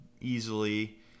easily